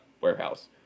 warehouse